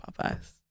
Popeye's